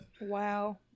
Wow